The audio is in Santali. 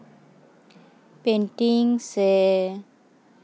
ᱯᱮᱱᱴᱤᱝ ᱥᱮ